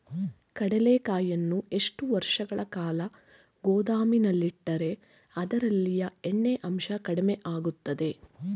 ಕಡ್ಲೆಕಾಯಿಯನ್ನು ಎಷ್ಟು ವರ್ಷಗಳ ಕಾಲ ಗೋದಾಮಿನಲ್ಲಿಟ್ಟರೆ ಅದರಲ್ಲಿಯ ಎಣ್ಣೆ ಅಂಶ ಕಡಿಮೆ ಆಗುತ್ತದೆ?